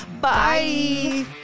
Bye